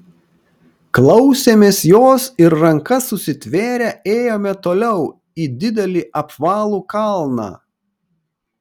klausėmės jos ir rankas susitvėrę ėjome toliau į didelį apvalų kalną